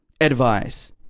advice